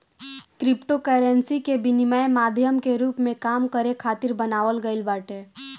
cryptocurrency के विनिमय माध्यम के रूप में काम करे खातिर बनावल गईल बाटे